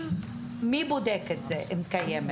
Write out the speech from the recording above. מי בודק אם קיימת?